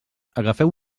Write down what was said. agafeu